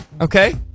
Okay